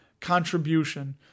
contribution